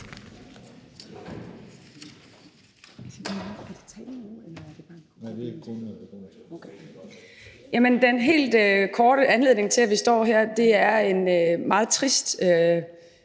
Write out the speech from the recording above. Den helt korte anledning til, at vi står her, er en meget trist